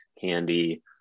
candy